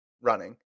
running